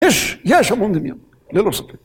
יש, יש המון דמיון, ללא ספק.